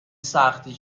سختی